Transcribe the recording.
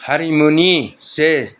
हारिमुनि जे